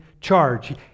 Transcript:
charge